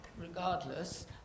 regardless